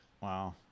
Wow